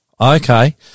Okay